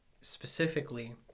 specifically